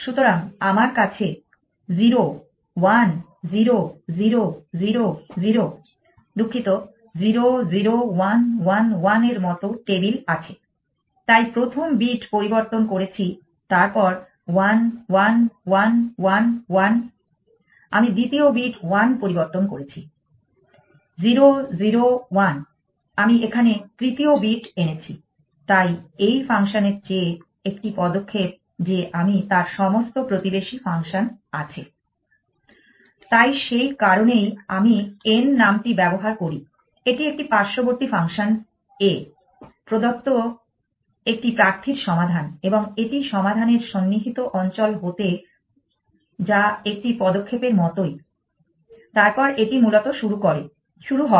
সুতরাং আমার কাছে 0 1 0 0 0 0 দুঃখিত 0 0 1 1 1 এর মতো টেবিল আছে তাই প্রথম বিট পরিবর্তন করেছি তারপর 1 1 1 1 1 আমি দ্বিতীয় বিট 1 পরিবর্তন করেছি 0 0 1 আমি এখানে তৃতীয় বিট এসেছি তাই এই ফাংশনের চেয়ে একটি পদক্ষেপ যে আমি তার সমস্ত প্রতিবেশী ফাংশন আছে তাই সেই কারণেই আমি n নামটি ব্যবহার করি এটি একটি পার্শ্ববর্তী ফাংশন A প্রদত্ত একটি প্রার্থীর সমাধান এবং এটি সমাধানের সন্নিহিত অঞ্চল হতে যা একটি পদক্ষেপের মতোই তারপর এটি মূলত শুরু হয়